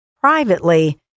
privately